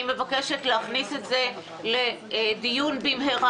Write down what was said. אני מבקשת להכניס את זה לדיון במהרה,